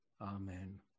Amen